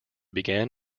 began